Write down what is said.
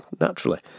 naturally